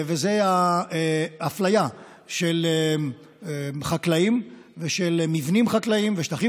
וזה האפליה של חקלאים ושל מבנים חקלאיים ושטחים